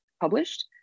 published